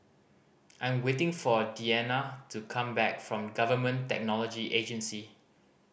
I am waiting for Deanna to come back from Government Technology Agency